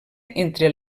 entre